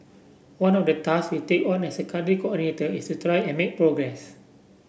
one of the task we'll take on as Country Coordinator is to try and make progress